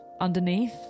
underneath